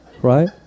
Right